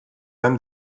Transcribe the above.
âmes